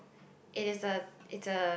it is a it's a